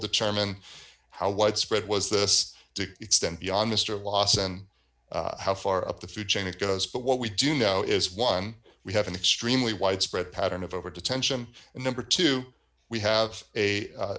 determine how widespread was this to extend beyond mr lawson how far up the food chain it goes but what we do know is one we have an extremely widespread pattern of over detention and number two we have a